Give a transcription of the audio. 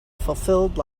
fulfilled